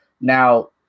Now